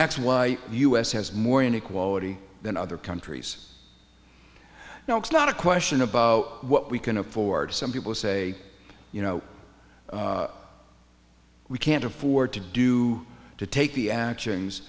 the u s has more inequality than other countries now it's not a question about what we can afford some people say you know we can't afford to do to take the actions